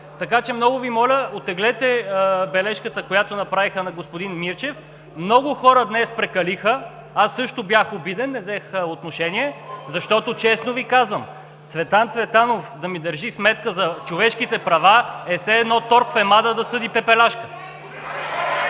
Така че, много Ви моля, оттеглете бележката, която направихте на господин Мирчев. Много хора прекалиха днес, аз също бях обиден, не взех отношение (възгласи: „Ооо!“ от ГЕРБ), защото честно Ви казвам, Цветан Цветанов да ми държи сметка за човешките права, е все едно Торквемада да съди Пепеляшка.